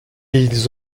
ils